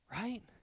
right